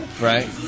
Right